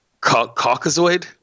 Caucasoid